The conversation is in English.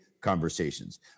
conversations